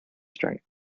strength